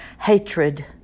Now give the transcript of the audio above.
hatred